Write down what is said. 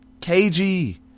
KG